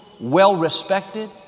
well-respected